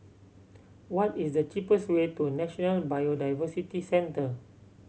what is the cheapest way to National Biodiversity Centre